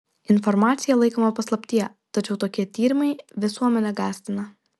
informacija laikoma paslaptyje tačiau tokie tyrimai visuomenę gąsdina